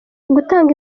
gutanga